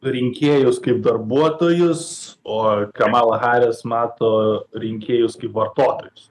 rinkėjus kaip darbuotojus o kamala haris mato rinkėjus kaip vartotojus